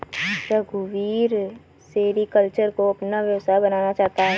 रघुवीर सेरीकल्चर को अपना व्यवसाय बनाना चाहता है